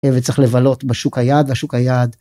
וצריך לבלות בשוק היעד, השוק היעד.